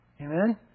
Amen